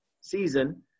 season